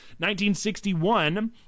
1961